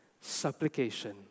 supplication